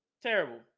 terrible